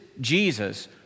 Jesus